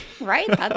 Right